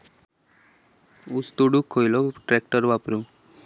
ऊस तोडुक खयलो ट्रॅक्टर वापरू?